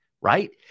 right